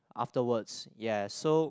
afterwards yes so